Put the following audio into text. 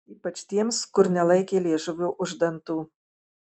ypač tiems kur nelaikė liežuvio už dantų